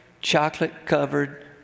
chocolate-covered